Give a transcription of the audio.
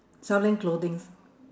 selling clothings